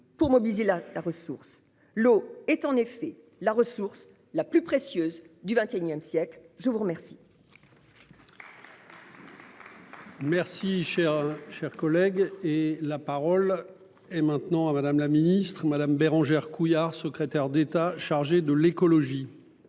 pour mobiliser la ressource. L'eau est en effet la ressource la plus précieuse du XXI siècle. La parole